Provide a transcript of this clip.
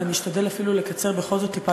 ואני אשתדל אפילו לקצר בכל זאת טיפה,